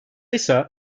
ise